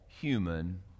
human